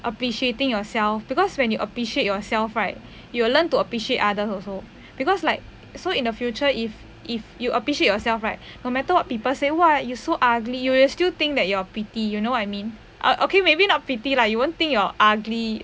appreciating yourself because when you appreciate yourself right you will learn to appreciate others also because like so in the future if if you appreciate yourself right no matter what people say !wah! you so ugly you will still think that you are pretty you know I mean oh okay maybe not pretty lah you won't think you're ugly